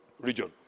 region